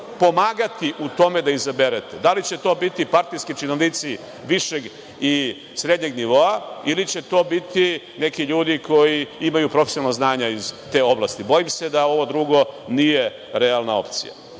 pomagati u tome da izaberete? Da li će to biti partijski činovnici višeg i srednjeg nivoa, ili će to biti neki ljudi koji imaju profesionalno znanje iz te oblasti? Bojim se da ovo drugo nije realna opcija. Samo